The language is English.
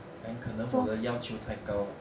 and 可能我的要求太高了